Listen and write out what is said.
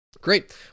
Great